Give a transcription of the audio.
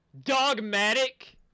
dogmatic